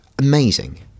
amazing